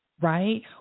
Right